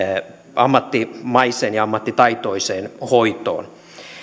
ammattimaiseen ja ammattitaitoiseen hoitoon